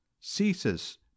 ceases